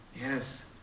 Yes